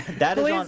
natalie, um